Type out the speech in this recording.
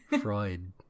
Freud